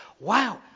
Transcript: wow